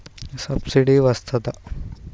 Subsidy వస్తదా?